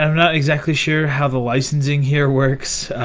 um not exactly sure how the licensing here works,